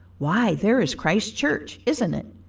why there is christ church, isn't it?